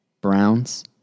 Browns